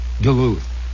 Duluth